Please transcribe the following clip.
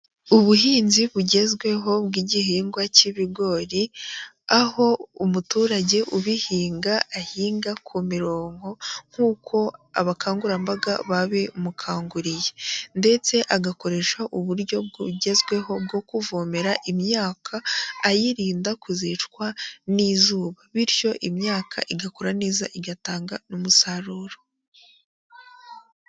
Ubuhinzi bugezweho bw'igihingwa k'ibigori, aho umuturage ubihinga ahinga ku mirongo nkuko abakangurambaga babimukanguriye ndetse agakoresha uburyo bugezweho bwo kuvomera imyaka, ayirinda kuzicwa n'izuba bityo imyaka igakura neza igatanga umusaruro.